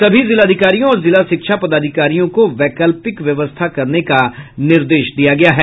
सभी जिलाधिकारियों और जिला शिक्षा पदाधिकारियों को वैकल्पिक व्यवस्था करने का निर्देश दिया गया है